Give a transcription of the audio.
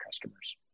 customers